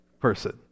person